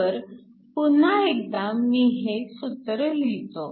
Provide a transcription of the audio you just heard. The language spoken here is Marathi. तर पुन्हा एकदा मी हे सूत्र लिहितो